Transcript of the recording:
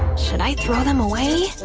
should i throw them away?